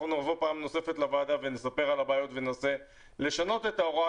אנחנו נבוא פעם נוספת לוועדה ונספר על הבעיות וננסה לשנות את ההוראה.